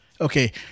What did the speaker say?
okay